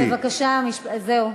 לא, בבקשה, זהו.